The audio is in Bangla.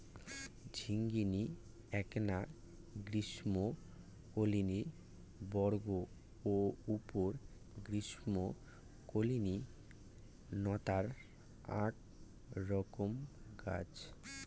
ঝিঙ্গিনী এ্যাকনা গ্রীষ্মমণ্ডলীয় বর্গ ও উপ গ্রীষ্মমণ্ডলীয় নতার আক রকম গছ